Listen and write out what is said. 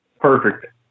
Perfect